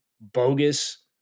bogus